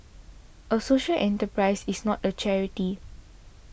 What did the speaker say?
a social enterprise is not a charity